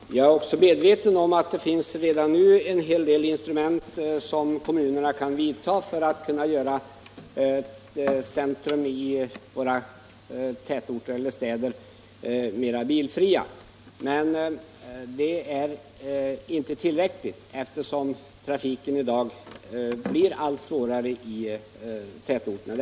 Herr talman! Jag är också medveten om att det redan nu finns en hel del instrument som kommunerna kan begagna sig av för att göra ett centrum i en tätort eller en stad mera bilfritt. Men det är inte tillräckligt, eftersom trafiken i dag blir allt svårare i tätorterna.